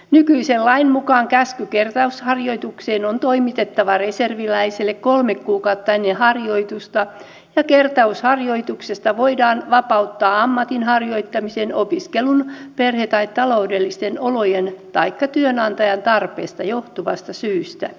nykyisen lain mukaan käsky kertausharjoitukseen on toimitettava reserviläiselle kolme kuukautta ennen harjoitusta ja kertausharjoituksesta voidaan vapauttaa ammatin harjoittamisen opiskelun perhe tai taloudellisten olojen taikka työnantajan tarpeista johtuvasta syystä